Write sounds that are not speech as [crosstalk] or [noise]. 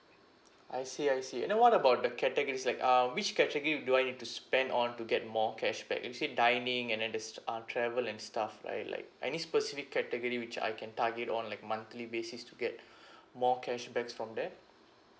I see I see and then what about the categories like um which category do I need to spend on to get more cashback you said dining and then there's uh travel and stuff right like any specific category which I can target on like monthly basis to get [breath] more cashbacks from there